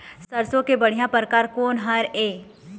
सरसों के बढ़िया परकार कोन हर ये?